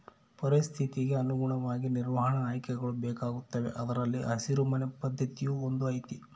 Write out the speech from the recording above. ಪರಿಸ್ಥಿತಿಗೆ ಅನುಗುಣವಾಗಿ ನಿರ್ವಹಣಾ ಆಯ್ಕೆಗಳು ಬೇಕಾಗುತ್ತವೆ ಅದರಲ್ಲಿ ಹಸಿರು ಮನೆ ಪದ್ಧತಿಯೂ ಒಂದು ಐತಿ